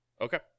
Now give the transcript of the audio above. Okay